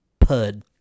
Pud